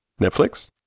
Netflix